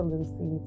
Lucy